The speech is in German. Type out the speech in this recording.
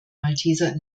malteser